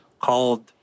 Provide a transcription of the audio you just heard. called